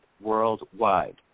worldwide